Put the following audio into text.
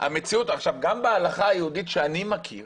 גם בהלכה היהודית שאני מכיר